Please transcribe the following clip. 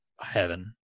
heaven